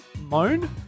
Moan